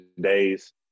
days